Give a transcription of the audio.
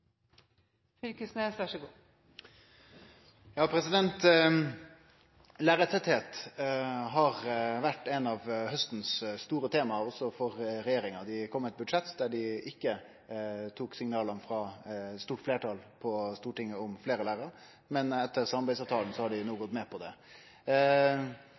har vore eitt av haustens store tema også for regjeringa. Dei kom med eit budsjett der dei ikkje tok signala frå eit stort fleirtal på Stortinget om fleire lærarar, men etter samarbeidsavtalen har dei no gått med på det.